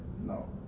No